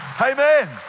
Amen